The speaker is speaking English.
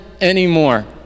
anymore